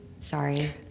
Sorry